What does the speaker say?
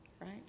right